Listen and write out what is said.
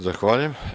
Zahvaljujem.